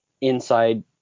inside